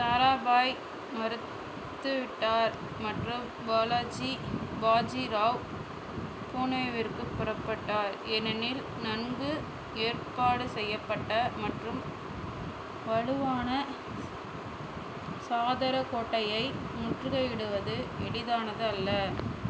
தாராபாய் மறுத்துவிட்டார் மற்றும் பாலாஜி பாஜி ராவ் பூனேவிற்கு புறப்பட்டார் ஏனெனில் நன்கு ஏற்பாடு செய்யப்பட்ட மற்றும் வலுவான சாதர கோட்டையை முற்றுகையிடுவது எளிதானது அல்ல